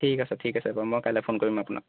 ঠিক আছে ঠিক আছে বাৰু মই কাইলৈ ফোন কৰিম আপোনাক